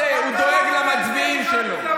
הוא לא עושה, הוא דואג למצביעים שלו.